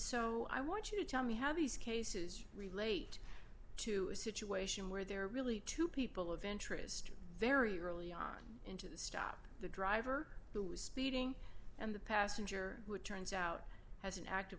so i want you to tell me how these cases relate to a situation where there are really two people of interest very early on into the stop the driver who was speeding and the passenger who it turns out has an active